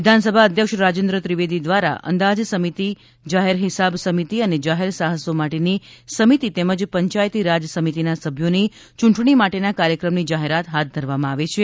વિધાનસભા અધ્યક્ષ રાજેન્દ્ર ત્રિવેદી દ્વારા અંદાજ સમિતિ જાહેર હિસાબ સમિતિ અને જાહેર સાહસો માટેની સમિતિ તેમજ પંચાયતી રાજ સમિતિના સભ્યોની યૂંટણી માટેના કાર્યક્રમની જાહેરાત હાથ ધરવામાં આવે છે